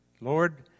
Lord